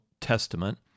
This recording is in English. Testament